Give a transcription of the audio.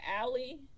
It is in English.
Alley